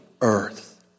earth